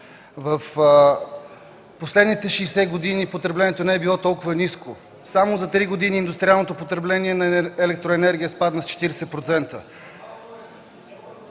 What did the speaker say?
В последните 60 години потреблението не е било толкова ниско. Само за три години индустриалното потребление на електроенергия спадна с 40%.